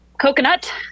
coconut